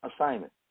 assignment